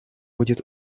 будет